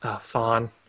Fawn